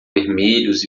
vermelhos